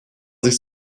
sich